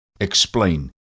explain